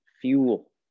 fuel